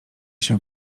się